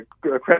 credit